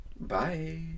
Bye